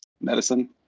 medicine